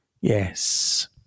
Yes